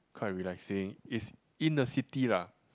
quite relaxing is in the city lah